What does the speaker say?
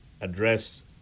address